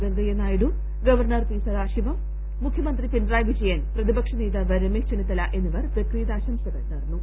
വെങ്കയ്യ നായിഡു ഗവർണർ പി സദാശിവം മുഖ്യമന്ത്രി പിണറായി വിജയൻ പ്രതിപക്ഷനേതാവ് രമേശ് ചെന്നിത്തല എന്നിവർ ബക്രീദ് ആശംസകൾ നേർന്നു